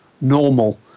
normal